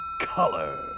color